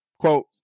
quote